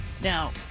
Now